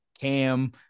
Cam